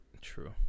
True